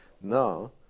Now